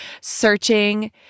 searching